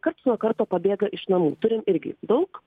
karts nuo karto pabėga iš namų turim irgi daug